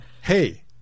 hey